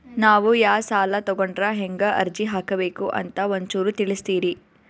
ನಾವು ಯಾ ಸಾಲ ತೊಗೊಂಡ್ರ ಹೆಂಗ ಅರ್ಜಿ ಹಾಕಬೇಕು ಅಂತ ಒಂಚೂರು ತಿಳಿಸ್ತೀರಿ?